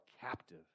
captive